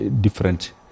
different